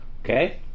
Okay